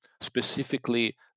Specifically